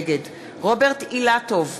נגד רוברט אילטוב,